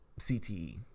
CTE